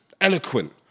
eloquent